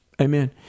Amen